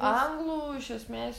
anglų iš esmės